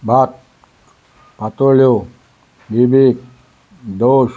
भात पातोल्यो बिबीक डोस